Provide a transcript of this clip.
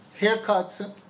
haircuts